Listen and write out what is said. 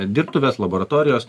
dirbtuvės laboratorijos